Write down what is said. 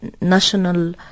national